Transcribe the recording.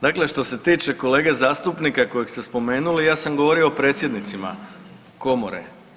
Dakle, što se tiče kolege zastupnika kojeg ste spomenuli ja sam govorio o predsjednicima Komore.